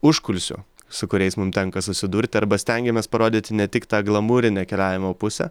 užkulisių su kuriais mum tenka susidurti arba stengiamės parodyti ne tik tą glamurinę keliavimo pusę